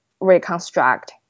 reconstruct